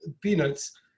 peanuts